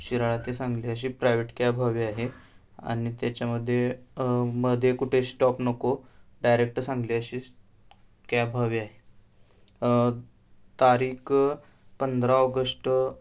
शिराळा ते सांगली अशी private cab हवी आहे आणि त्याच्यामध्ये मध्ये कुठे स्टॉप नको डायरेक्ट सांगली अशी कॅब हवी आहे तारीख पंधरा ऑगस्ट